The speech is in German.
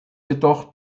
jedoch